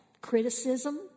criticism